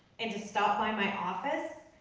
and to stop by my office.